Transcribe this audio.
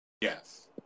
Yes